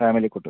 family cot